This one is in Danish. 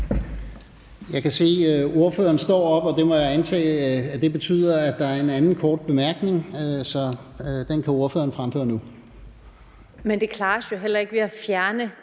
Jeg kan se, at ordføreren står op, og det må jeg antage betyder, at der er en anden kort bemærkning. Den kan ordføreren fremføre nu. Kl. 10:36 Katrine Daugaard (LA): Men det klares jo heller ikke ved at fjerne